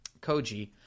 Koji –